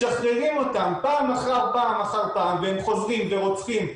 משחררים אותם פעם אחר פעם אחר פעם והם חוזרים ורוצחים.